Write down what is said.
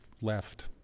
left